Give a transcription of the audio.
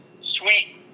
sweet